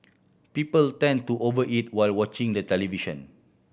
people tend to over eat while watching the television